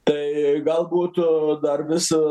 tai gal būtų dar vis